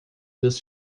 dos